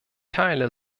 teile